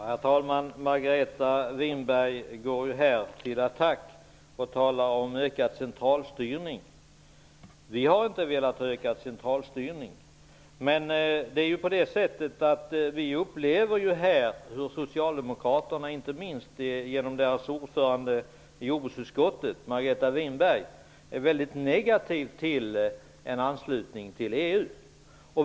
Herr talman! Margareta Winberg går till attack och talar om en ökad centralstyrning. Vi har inte velat öka centralstyrningen, men vi upplever att socialdemokraterna, inte minst genom Margareta Winberg som är ordförande i jordbruksutskottet, är väldigt negativa till en anslutning till EU.